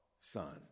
son